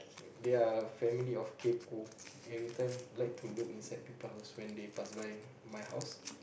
okay they are family of kaypo everytime like to look inside people house when they pass by my house